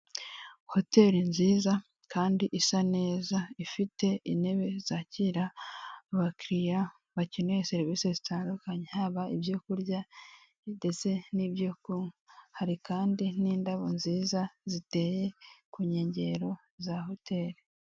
Hotel nziza kandi isa neza ifite intebe zakira abakiriya bakeneye serivisi zitandukanye, haba ibyo kurya ndetse n'ibyo kunywa. Hari kandi n'indabo nziza ziteye ku nkengero za hotel.